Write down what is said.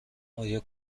آیا